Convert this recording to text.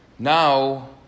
Now